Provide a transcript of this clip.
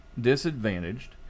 disadvantaged